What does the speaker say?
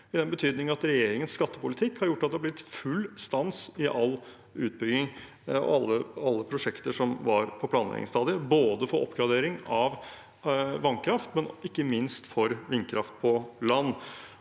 i den betydning at regjeringens skattepolitikk har gjort at det er blitt full stans i all utbygging og alle prosjekter som var på planleggingsstadiet, både for oppgradering av vannkraft og ikke minst for vindkraft på land.